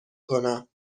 کنم